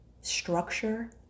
Structure